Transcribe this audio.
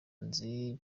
nzi